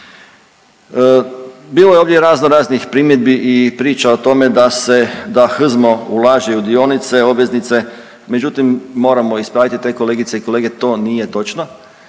Bilo je ovdje raznoraznih primjedbi i priča o tome da se, da HZMO ulaže i u dionice, obveznice međutim, moramo ispraviti te kolegice i kolege, to nije točno.